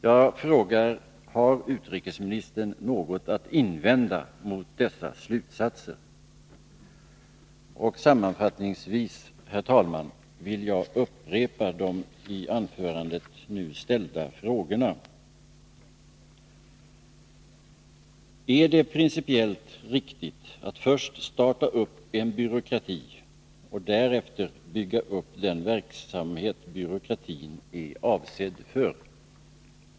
Jag frågar: Har utrikesministern något att invända mot dessa slutsatser? Sammanfattningsvis, herr talman, vill jag upprepa de i anförandet nu ställda frågorna. Är det principiellt riktigt att först skapa en byråkrati och därefter bygga upp den verksamhet byråkratin är avsedd för?